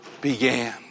began